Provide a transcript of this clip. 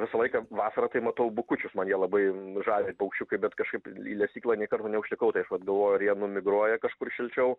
visą laiką vasarą tai matau bukučius man jie labai žavi paukščiukai bet kažkaip į lesyklą nė karto neužtikau tai aš vat galvoju ar jie numigruoja kažkur šilčiau